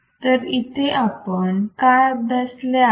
तर इथे आपण काय अभ्यासले आहे